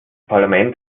parlament